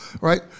right